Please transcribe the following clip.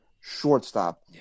shortstop